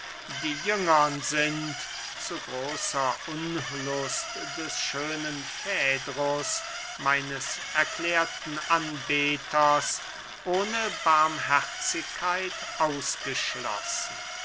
die jüngern sind zu großer unlust des schönen fädrus meines erklärten anbeters ohne barmherzigkeit ausgeschlossen